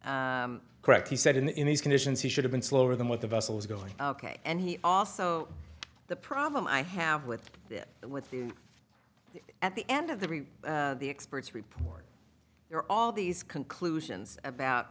right correct he said and in these conditions he should have been slower than with the vessels going ok and he also the problem i have with this with the at the end of the re the expert's report you're all these conclusions about